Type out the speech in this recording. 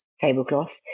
tablecloth